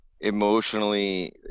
emotionally